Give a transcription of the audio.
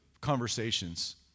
conversations